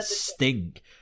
stink